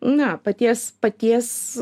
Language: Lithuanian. na paties paties